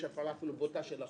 יש הפרה אפילו בוטה של החוק,